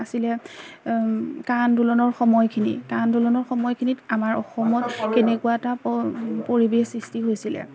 আছিলে কা আন্দোলনৰ সময়খিনি কা আন্দোলনৰ সময়খিনিত আমাৰ অসমত কেনেকুৱা এটা পৰিৱেশ সৃষ্টি হৈছিলে